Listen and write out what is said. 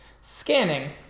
Scanning